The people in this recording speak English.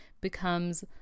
becomes